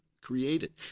created